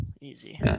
Easy